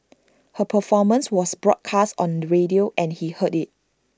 her performance was broadcast on radio and he heard IT